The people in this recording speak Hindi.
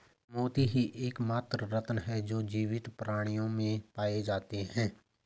मोती ही एकमात्र रत्न है जो जीवित प्राणियों में पाए जाते है